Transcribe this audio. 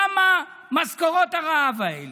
למה משכורות הרעב האלה?